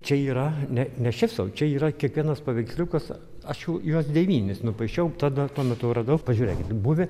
čia yra ne ne šiaip sau čia yra kiekvienas paveiksliukas aš jau juos devynis nupaišiau tada tuo metu radau pažiūrėkite buvę